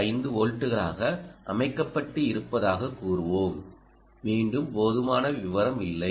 5 வோல்ட்டுகளாக அமைக்கப்பட்டு இருப்பதாகக் கூறுவோம் மீண்டும் போதுமான விவரம் இல்லை